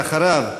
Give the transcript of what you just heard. ואחריו,